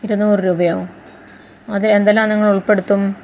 ഇരുനൂറു രൂപയോ അതിൽ എന്തെല്ലാം നിങ്ങൾ ഉൾപ്പെടുത്തും